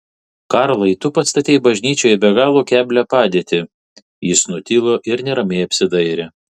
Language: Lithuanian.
karlai tu pastatei bažnyčią į be galo keblią padėtį jis nutilo ir neramiai apsidairė